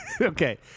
Okay